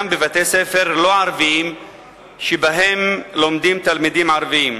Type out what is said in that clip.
בבתי-ספר לא ערביים שבהם לומדים תלמידים ערבים.